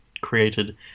created